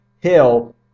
Hill